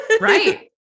Right